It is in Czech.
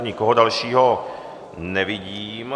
Nikoho dalšího nevidím.